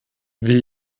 wie